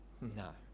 No